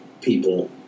people